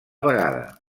vegada